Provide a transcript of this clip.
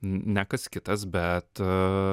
ne kas kitas bet